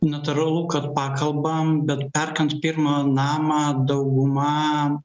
natūralu kad pakalbam bet perkant pirmą namą dauguma